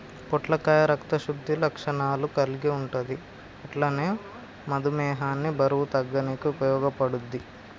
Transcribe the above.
పొట్లకాయ రక్త శుద్ధి లక్షణాలు కల్గి ఉంటది అట్లనే మధుమేహాన్ని బరువు తగ్గనీకి ఉపయోగపడుద్ధి